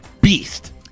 beast